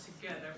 together